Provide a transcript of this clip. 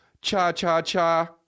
cha-cha-cha